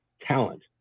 talent